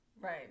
Right